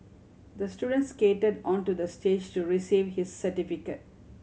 the student skated onto the stage to receive his certificate